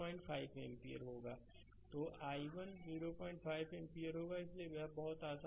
slide समय देखें 2855 तो i1 05 एम्पीयर होगा इसलिए यह बहुत आसान है